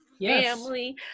family